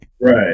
right